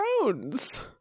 Thrones